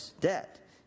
debt